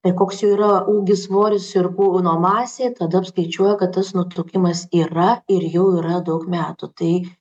tai koks jų yra ūgis svoris ir kūno masė tada apskaičiuoja kad tas nutukimas yra ir jau yra daug metų tai